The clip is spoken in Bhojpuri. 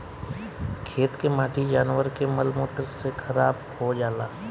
खेत के माटी जानवर के मल मूत्र से खराब हो जाला